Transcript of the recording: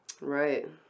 Right